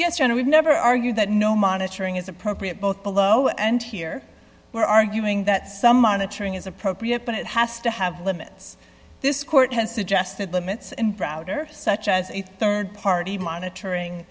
no we've never argued that no monitoring is appropriate both below and here we're arguing that some monitoring is appropriate but it has to have limits this court has suggested limits in browder such as a rd party monitoring